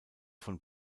von